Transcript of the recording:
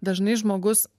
dažnai žmogus